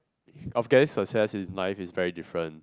of getting success is mine is very different